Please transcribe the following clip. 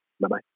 Bye-bye